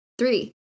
Three